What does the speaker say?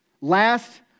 last